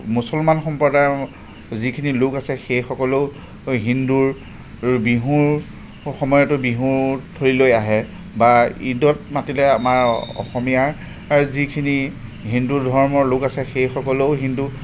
মুছলমান সম্প্ৰদায়ৰ যিখিনি লোক আছে সেইসকলেও হিন্দুৰ বিহুৰ সময়তো বিহুৰ থলীলৈ আহে বা ঈদত মাতিলেও আমাৰ অসমীয়াৰ যিখিনি হিন্দু ধৰ্মৰ লোক আছে সেইসকলেও হিন্দু